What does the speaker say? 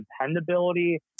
dependability